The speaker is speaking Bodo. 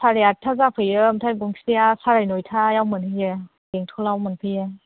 सारे आटथा जाफैयो ओमफ्राय गंसेया साराय नइटायाव मोनहैयो बेंटलाव मोनहैयो